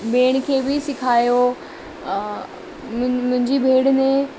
भेण खे बि सिखायो मु मुंहिंजी भेण ने